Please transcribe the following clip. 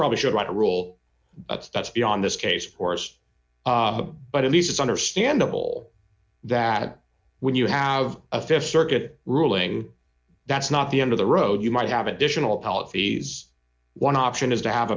probably should write a rule that's beyond this case for us but at least it's understandable that when you have a th circuit ruling that's not the end of the road you might have additional policies one option is to have